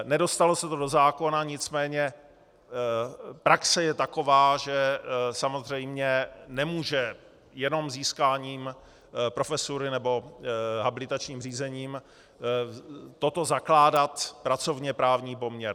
Nedostalo se to do zákona, nicméně praxe je taková, že samozřejmě nemůže jenom získáním profesury nebo habilitačním řízením toto zakládat pracovněprávní poměr.